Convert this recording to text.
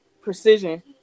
precision